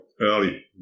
early